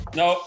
no